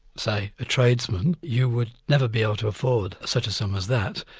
say, a tradesman, you would never be able to afford such a sum as that,